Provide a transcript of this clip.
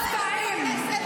אנחנו לא מופתעים.